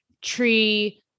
Tree